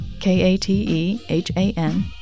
k-a-t-e-h-a-n